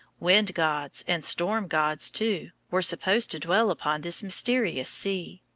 wind gods and storm gods, too, were supposed to dwell upon this mysterious sea.